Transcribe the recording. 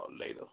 later